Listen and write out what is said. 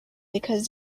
because